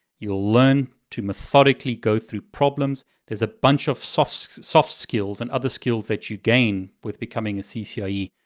you'll learn to methodically go through problems. there's a bunch of soft soft skills and other skills that you gain with becoming ccie.